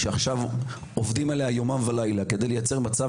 היא משום שעובדים עכשיו יומם ולילה על מנת להפוך